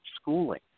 schooling